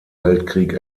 weltkrieg